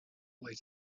way